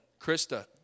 Krista